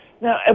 Now